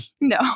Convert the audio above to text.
No